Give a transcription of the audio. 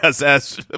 Yes